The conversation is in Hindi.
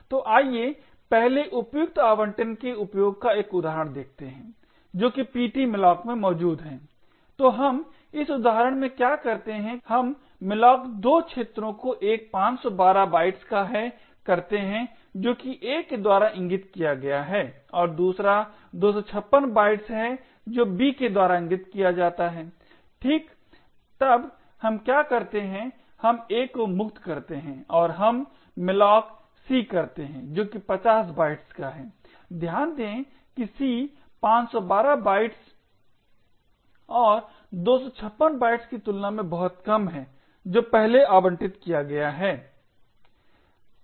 तो आइए पहले उपयुक्त आबंटन के उपयोग का एक उदाहरण देखते हैं जो कि ptmalloc में मौजूद है तो हम इस उदाहरण में क्या करते हैं कि हम malloc 2 क्षेत्रों को एक 512 बाइट्स का है करते है जो कि a के द्वारा इंगित किया गया हैऔर दूसरा 256 बाइट्स है जो b के द्वारा इंगित किया जाता है ठीक तब हम क्या करते हैं हम a को मुक्त करते हैं और हम Malloc c करते है जो कि 50 बाइट्स का है ध्यान दें कि c 512 बाइट्स और 256 बाइट्स की तुलना में बहुत कम है जो पहले आवंटित किया गया है